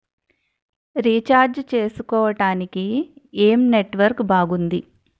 Recharge చేసుకోవటానికి ఏం network బాగుంది?